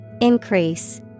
Increase